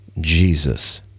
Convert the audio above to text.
Jesus